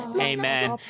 Amen